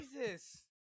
Jesus